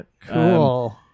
Cool